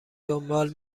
دنبال